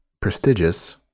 prestigious